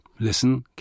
Listen